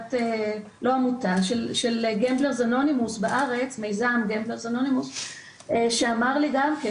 מיזם מהמרים אנונימיים בארץ, שאמר לי גם כן